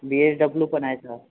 बी S W पण आहे sir